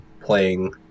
playing